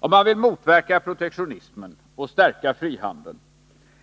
Om man vill motverka protektionismen och stärka frihandeln